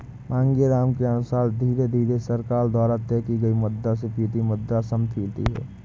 मांगेराम के अनुसार धीरे धीरे सरकार द्वारा की गई मुद्रास्फीति मुद्रा संस्फीति है